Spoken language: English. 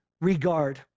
regard